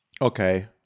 Okay